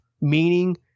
meaning